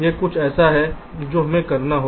यह कुछ ऐसा है जो हमें करना है